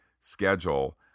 schedule